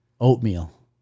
oatmeal